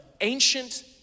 ancient